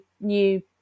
new